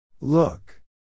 Look